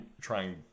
trying